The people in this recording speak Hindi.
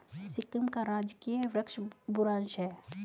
सिक्किम का राजकीय वृक्ष बुरांश है